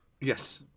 Yes